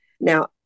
Now